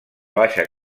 baixa